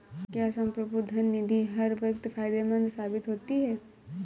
क्या संप्रभु धन निधि हर वक्त फायदेमंद साबित होती है?